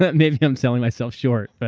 but maybe i'm selling myself short, but